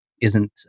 isn't-